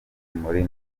muri